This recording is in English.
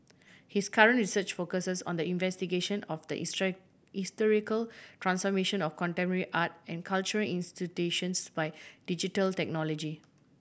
his current research focuses on the investigation of the historical transformation of contemporary art and cultural institutions by digital technology